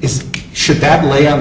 it's should badly on